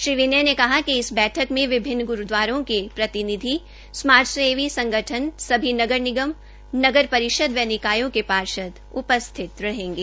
श्री विनय ने कहा कि इस मीटिंग में विभिन्न गुरूद्वारों के प्रतिनिधि समाजसेवी संगठन सभी नगर निगम नगर परिषद व निकायों के पार्षद उपस्थित रहेंगे